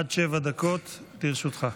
עד שבע דקות לרשותך.